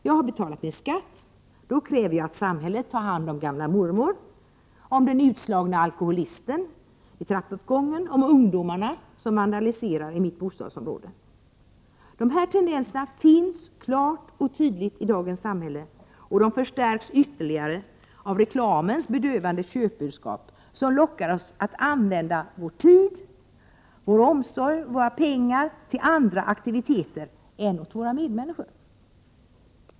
Jag har betalat min skatt — då kräver jag att samhället tar hand om gamla mormor, om den utslagne alkoholisten i trappuppgången, om ungdomarna som vandaliserar i mitt bostadsområde. De tendenserna finns klart och tydligt i dagens samhälle, och de förstärks ytterligare av reklamens bedövande köpbudskap, som lockar oss att använda vår tid, vår omsorg och våra pengar till andra aktiviteter än åt våra medmänniskor.